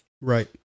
Right